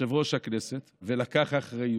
יושב-ראש הכנסת, ולקח אחריות,